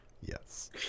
Yes